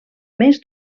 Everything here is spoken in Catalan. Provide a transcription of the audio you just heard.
més